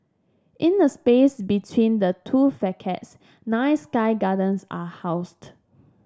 in the space between the two facades nine sky gardens are housed